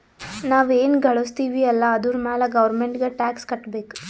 ನಾವ್ ಎನ್ ಘಳುಸ್ತಿವ್ ಅಲ್ಲ ಅದುರ್ ಮ್ಯಾಲ ಗೌರ್ಮೆಂಟ್ಗ ಟ್ಯಾಕ್ಸ್ ಕಟ್ಟಬೇಕ್